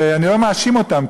שאני לא מאשים אותם,